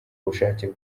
bushake